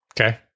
Okay